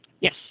Yes